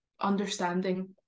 understanding